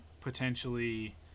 potentially